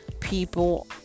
People